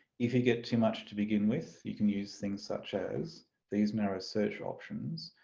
if you get too much to begin with you can use things such as these narrow search options,